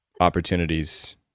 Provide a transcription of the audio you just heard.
opportunities